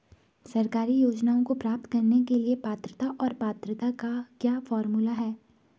सरकारी योजनाओं को प्राप्त करने के लिए पात्रता और पात्रता का क्या फार्मूला है?